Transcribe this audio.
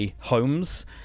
homes